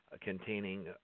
containing